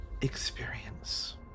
experience